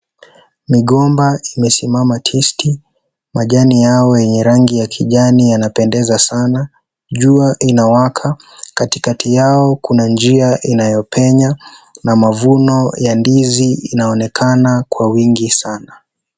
Migomba imesimama tisti. Majani yao yenye rangi ya kijani yanapendeza sana. Jua inawaka. Katikati yao kuna njia inayopenya na mavuno ya ndizi inaonekana kwa wingi sana.